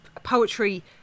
Poetry